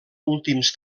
últims